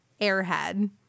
airhead